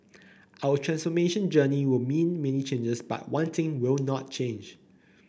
our transformation journey will mean many changes but one thing will not change